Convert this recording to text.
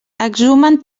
exhumen